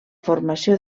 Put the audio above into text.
formació